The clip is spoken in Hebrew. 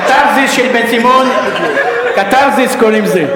קתרזיס קוראים לזה.